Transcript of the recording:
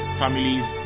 families